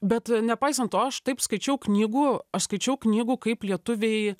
bet nepaisant to aš taip skaičiau knygų aš skaičiau knygų kaip lietuviai